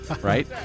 Right